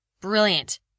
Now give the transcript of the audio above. Brilliant